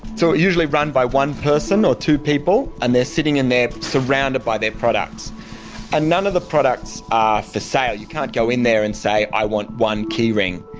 so it's usually run by one person or two people and they're sitting in there, surrounded by their products and none of the products are for sale. you can't go in there and say, i want one keyring.